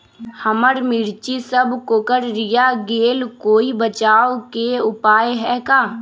हमर मिर्ची सब कोकररिया गेल कोई बचाव के उपाय है का?